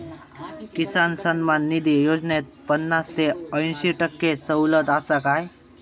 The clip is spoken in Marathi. किसान सन्मान निधी योजनेत पन्नास ते अंयशी टक्के सवलत आसा काय?